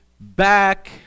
back